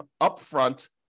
upfront